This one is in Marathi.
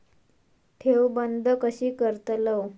ठेव बंद कशी करतलव?